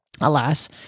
alas